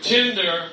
Tinder